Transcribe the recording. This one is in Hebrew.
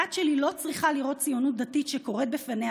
הבת שלי לא צריכה לראות ציונות דתית שקוראת בפניה